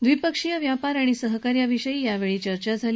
द्विपक्षीय व्यापार आणि सहकार्याविषयी यावेळी चर्चा झाली